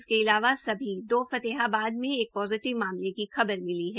इसके अलावा अभी फतेहाबद से एक पोजिटिव मामले की खबर मिली है